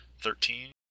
Thirteen